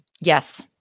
Yes